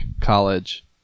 college